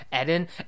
Eden